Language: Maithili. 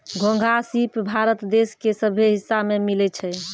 घोंघा, सिप भारत देश के सभ्भे हिस्सा में मिलै छै